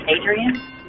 Adrian